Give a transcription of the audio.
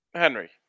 Henry